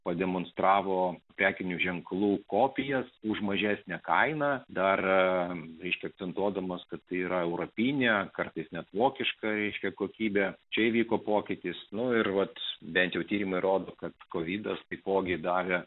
pademonstravo prekinių ženklų kopijas už mažesnę kainą darą aiškiai akcentuodamas kad tai yra europinė kartais net vokiškai reiškia kokybę čia įvyko pokytis nu ir vat bent jau tyrimai rodo kad kovidas taipogi davė